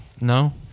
No